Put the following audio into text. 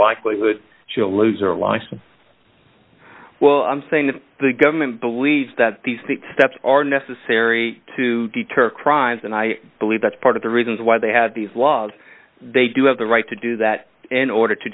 likelihood she'll lose her license well i'm saying that the government believes that these steps are necessary to deter crimes and i believe that's part of the reasons why they had these laws they do have the right to do that in order to